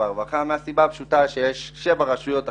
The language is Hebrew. והרווחה מהסיבה הפשוטה שיש שבע רשויות אכיפה,